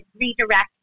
redirect